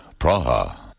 Praha